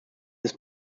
his